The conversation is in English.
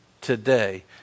today